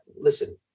Listen